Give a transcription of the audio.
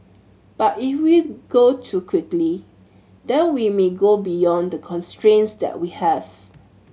but if we go too quickly then we may go beyond the constraints that we have